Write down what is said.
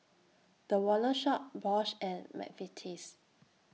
The Wallet Shop Bosch and Mcvitie's